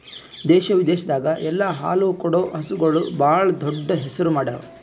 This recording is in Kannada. ದೇಶ ವಿದೇಶದಾಗ್ ಎಲ್ಲ ಹಾಲು ಕೊಡೋ ಹಸುಗೂಳ್ ಭಾಳ್ ದೊಡ್ಡ್ ಹೆಸರು ಮಾಡ್ಯಾವು